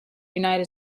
united